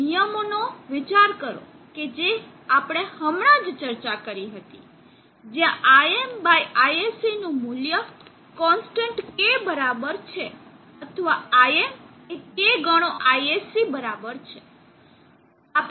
નિયમનો વિચાર કરો કે જેની આપણે હમણાં જ ચર્ચા કરી હતી જ્યાં Im બાય ISC નું મૂલ્ય કોનસ્ટન્ટ k બરાબર છે અથવા Im એ K ગણો ISC બરાબર છે